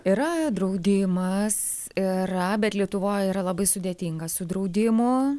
yra draudimas yra bet lietuvoj yra labai sudėtinga su draudimu